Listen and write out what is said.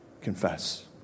confess